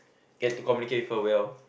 get to communicate with her well